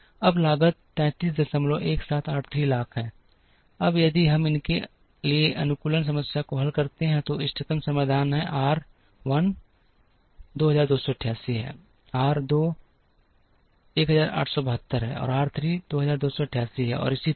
अब लागत 331783 लाख है अब यदि हम इसके लिए अनुकूलन समस्या को हल करते हैं तो इष्टतम समाधान है आर 1 2288 है आर 2 1872 है आर 3 2288 है और इसी तरह